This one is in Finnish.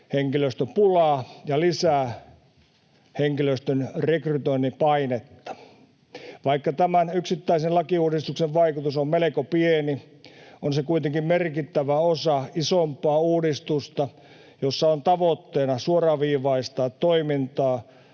henkilöstöpulaa ja lisää henkilöstön rekrytoinnin painetta. Vaikka tämän yksittäisen lakiuudistuksen vaikutus on melko pieni, on se kuitenkin merkittävä osa isompaa uudistusta, jossa on tavoitteena suoraviivaistaa toimintaa